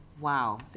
wow